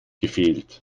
gefehlt